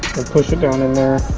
push it down in there